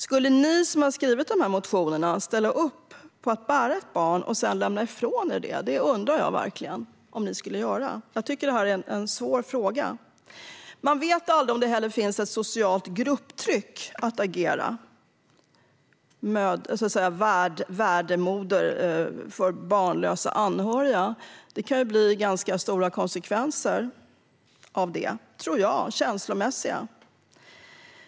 Skulle ni som har skrivit dessa motioner ställa upp på att bära ett barn och sedan lämna ifrån er det? Det undrar jag verkligen. Jag tycker att det här är en svår fråga. Man vet heller aldrig om det finns ett socialt grupptryck att agera värdmoder för barnlösa anhöriga. Det kan bli ganska stora och känslomässiga konsekvenser, tror jag.